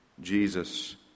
Jesus